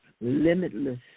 limitless